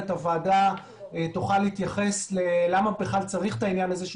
הוועדה תוכל להתייחס למה כלל צריך את העניין הה של